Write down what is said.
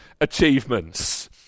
achievements